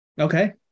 Okay